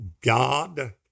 God